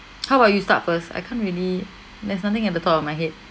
how about you start first I can't really there's nothing at the top of my head